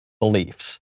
beliefs